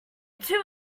two